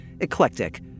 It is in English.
eclectic